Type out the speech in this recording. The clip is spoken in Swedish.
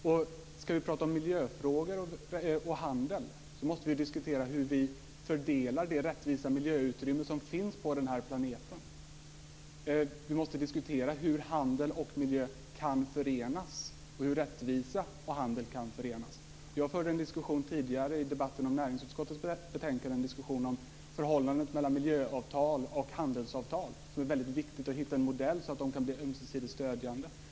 Om vi ska prata miljöfrågor och handel måste vi diskutera hur vi fördelar det rättvisa miljöutrymme som finns på den här planeten. Vi måste diskutera hur handel och miljö kan förenas och hur rättvisa och handel kan förenas. Jag förde tidigare i debatten om näringsutskottets betänkande en diskussion om förhållandet mellan miljöavtal och handelsavtal. Det är väldigt viktigt att hitta en modell så att de kan bli ömsesidigt stödjande.